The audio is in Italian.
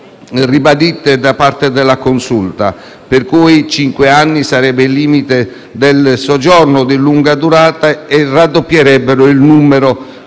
ribadite da parte della Consulta per cui cinque anni sarebbe il limite del soggiorno di lunga durata, il che raddoppierebbe il numero